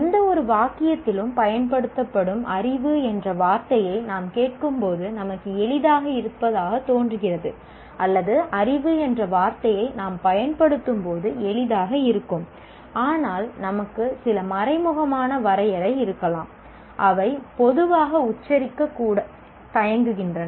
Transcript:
எந்தவொரு வாக்கியத்திலும் பயன்படுத்தப்படும் அறிவு என்ற வார்த்தையை நாம் கேட்கும்போது நமக்கு எளிதாக இருப்பதாகத் தோன்றுகிறது அல்லது அறிவு என்ற வார்த்தையை நான் பயன்படுத்தும் போது எளிதாக இருக்கும் ஆனால் நமக்கு சில மறைமுகமான வரையறை இருக்கலாம் அவை பொதுவாக உச்சரிக்கக்கூட தயங்குகின்றன